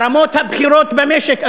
הרמות הבכירות במשק,